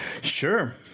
Sure